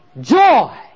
Joy